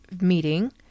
meeting